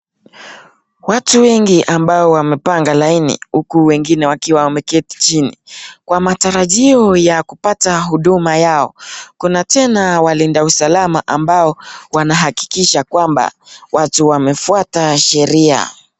Watu wengi ambao wamepanga laini ,huku wengine wakiwa wameketi chini Kwa matarajio ya kupata huduma yao ,Kuna tena walinda usalama ambao wanahakikisha kwamba watu wamefuata sheria.